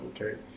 okay